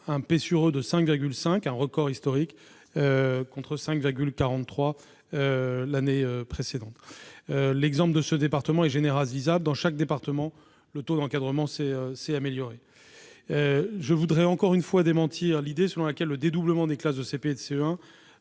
élèves, de 5,5, record historique, contre 5,43 l'année précédente. L'exemple de ce département est généralisable : dans chaque département, le taux d'encadrement s'est amélioré. Je voudrais une nouvelle fois démentir l'idée selon laquelle le dédoublement des classes de CP et de CE1